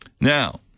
Now